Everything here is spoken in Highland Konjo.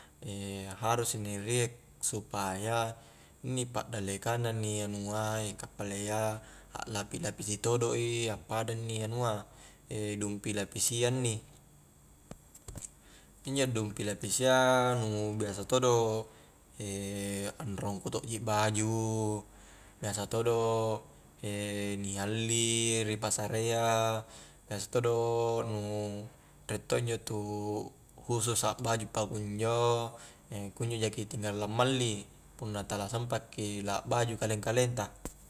harus inni riek supaya inni pakdallekang na inni anua kappalayya aklapi-lapisi todo' i, appada inni anua dumpi lapisi a inni injo dumpi lapisi a nu biasa todo' anrongku to'ji baju, biasa todo' ni halli ri pasarayya biasa todo' nu riek to' injo tu husus akbaju pakunjo kunjo jaki tinggal lammali punna tala sampakki lakbaju kaleng-kaleng ta